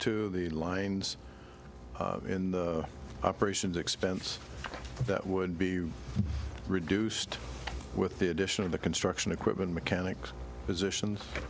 to the lines in the operations expense that would be reduced with the addition of the construction equipment mechanics positions